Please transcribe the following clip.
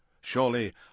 Surely